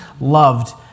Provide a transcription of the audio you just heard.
loved